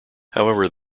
however